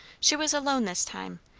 she was alone this time,